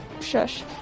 shush